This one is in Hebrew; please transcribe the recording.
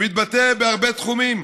שמתבטא בהרבה תחומים.